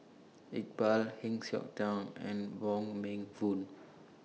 Iqbal Heng Siok Tian and Wong Meng Voon